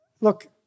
Look